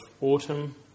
autumn